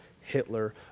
Hitler